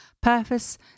Purpose